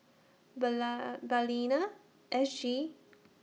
Balina S G